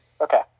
Okay